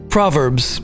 Proverbs